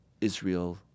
Israel